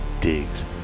Diggs